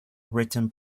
written